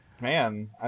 man